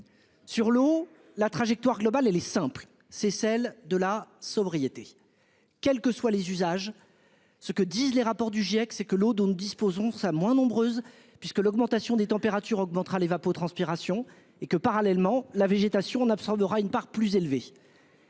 Sur l'eau. La trajectoire globale, elle est simple, c'est celle de la sobriété, quelles que soient les usages, ce que disent les rapports du GIEC, c'est que l'eau dont nous disposons ça moins nombreuses puisque l'augmentation des températures augmentera l'évapotranspiration, et que parallèlement la végétation absorbera une part plus élevée.